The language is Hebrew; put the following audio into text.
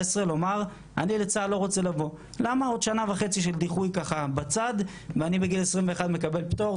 כי עוד שנה וחצי של דיחוי ואז בגיל 21 אני מקבל פטור.